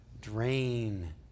drain